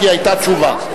כי היתה תשובה.